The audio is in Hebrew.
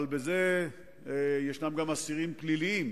אבל בזה יש גם אסירים פליליים,